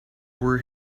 were